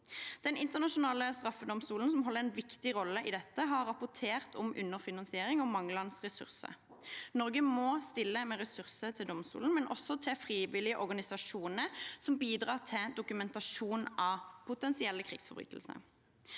Den internasjonale straffedomstolen, som holder en viktig rolle i dette, har rapportert om underfinansiering og manglende ressurser. Norge må stille med ressurser til domstolen, men også til frivillige organisasjoner som bidrar til dokumentasjon av potensielle krigsforbrytelser.